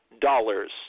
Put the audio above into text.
dollars